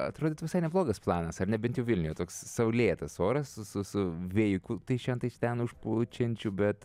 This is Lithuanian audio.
atrodytų visai neblogas planas ar ne bent jau vilniuje toks saulėtas oras su su su vėjuku tai šen tai iš ten užpučiančiu bet